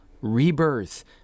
rebirth